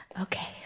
Okay